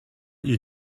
you